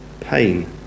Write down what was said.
pain